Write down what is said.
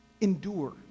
Endure